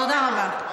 תודה רבה.